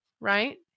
right